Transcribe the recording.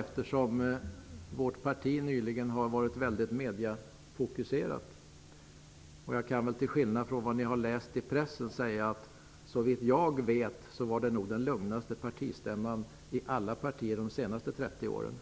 Eftersom vårt parti nyligen har varit väldigt mediefokuserat vill jag till sist framhålla att vår partistämma -- till skillnad mot vad ni har läst i pressen -- såvitt jag vet var den lugnaste partistämma som förekommit i något parti i Sverige under de senaste trettio åren.